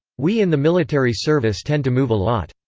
we in the military service tend to move a lot.